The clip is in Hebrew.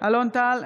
אלון טל,